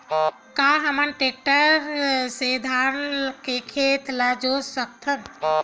का हमन टेक्टर से धान के खेत ल जोत सकथन?